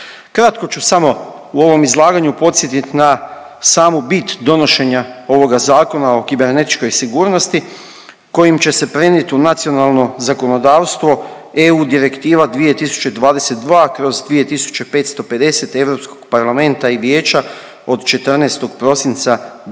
Kratko ću samo u ovom izlaganju podsjetit na samu bit donošenja ovoga Zakona o kibernetičkoj sigurnosti kojim će se prenijet u nacionalno zakonodavstvo EU direktiva 2022/2550 Europskog parlamenta i vijeća od 14. prosinca 2022.